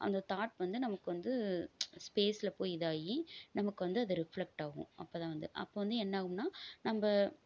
அந்த தாட் வந்து நமக்கு வந்து ஸ்பேஸில் போய் இதாகி நமக்கு வந்து அது ரிஃப்ளெக்ட் ஆகும் அப்போ தான் வந்து அப்போ வந்து என்னாகும்னால் நம்ப